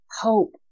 hope